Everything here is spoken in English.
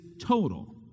total